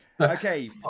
Okay